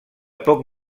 poc